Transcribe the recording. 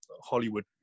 Hollywood